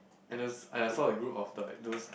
and I I saw a group of like those